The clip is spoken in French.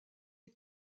est